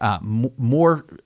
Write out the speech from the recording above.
more